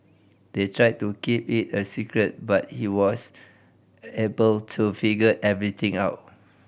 they tried to keep it a secret but he was able to figure everything out